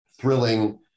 thrilling